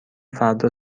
فردا